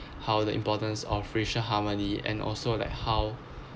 how the importance of racial harmony and also like how